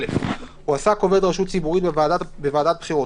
הועסק עובד רשות ציבורית בוועדת בחירות